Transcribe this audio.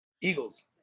Eagles